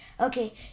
Okay